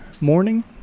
morning